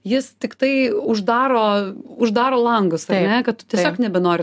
jis tiktai uždaro uždaro langus ar ne kad tu tiesiog nebenori